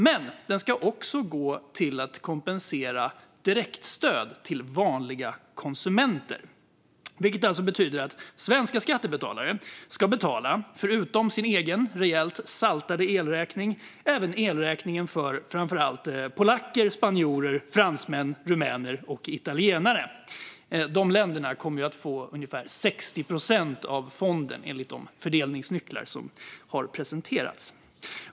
Men den ska också gå till att kompensera direktstöd till vanliga konsumenter. Det betyder att svenska skattebetalare förutom sin egen rejält saltade elräkning ska betala elräkningen för framför allt polacker, spanjorer, fransmän, rumäner och italienare. De länderna kommer att få 60 procent av fonden, enligt de fördelningsnycklar som har presenterats.